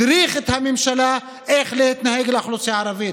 הדריך את הממשלה איך להתנהג אל האוכלוסייה הערבית,